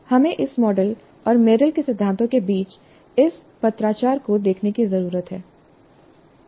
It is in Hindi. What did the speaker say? हमें इस मॉडल और मेरिल के सिद्धांतों के बीच इस पत्राचार को देखने की जरूरत है